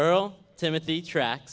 earl timothy track